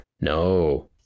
no